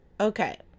Okay